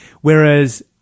Whereas